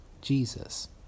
Jesus